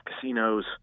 casinos